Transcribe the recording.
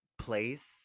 place